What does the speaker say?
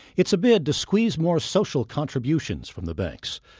it's a bid to squeeze more social contributions from the banks.